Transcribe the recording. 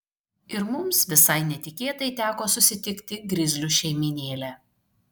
ir mums visai netikėtai teko susitikti grizlių šeimynėlę